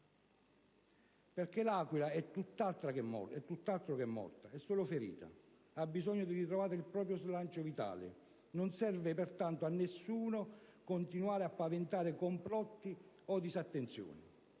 Perché L'Aquila è tutt'altro che morta. È solo ferita. Ha bisogno di ritrovare il proprio slancio vitale. Non serve pertanto a nessuno continuare a paventare complotti o disattenzioni.